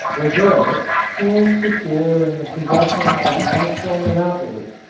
brazil, feeling secure in the possession of a natural monopoly,